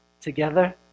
together